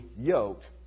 yoked